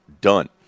done